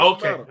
Okay